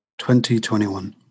2021